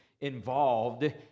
involved